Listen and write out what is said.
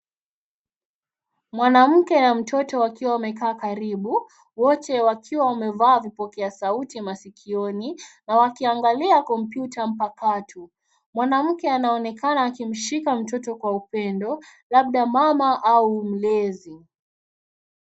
Mwanamke na mtoto wakiwa wamekaa karibu wote wakiwa wamevaa vipokea sauti masikioni na wakiangalia kompyuta mpakato. Mwanamke anaonekana akimshika mtoto kwa upendo, labda mama au mlezi.